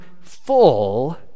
full